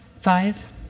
Five